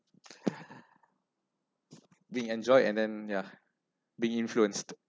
being enjoy and then ya being influenced